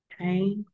Okay